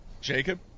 Jacob